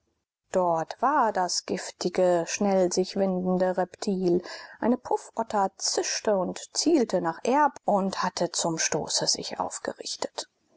dort war das giftige schnell sich windende reptil eine puffotter zischte und zielte nach erb und hatte zum stoße sich aufgerichtet